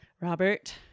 Robert